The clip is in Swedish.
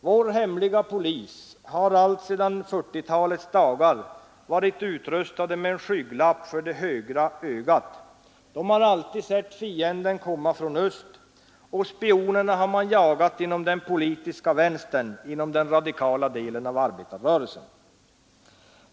Vår hemliga polis har alltsedan 1940-talets dagar varit utrustad med en skygglapp för det högra ögat. Den har alltid sett fienden komma från öst, och spionerna har man jagat inom den politiska vänstern, inom den radikala delen av arbetarrörelsen.